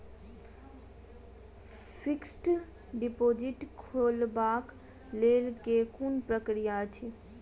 Fixed deposit खोलबाक लेल केँ कुन प्रक्रिया अछि?